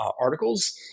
articles